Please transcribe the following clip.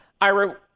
Ira